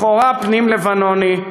לכאורה פנים-לבנוני,